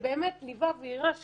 שבאמת ליווה והראה שתכלס,